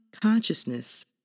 consciousness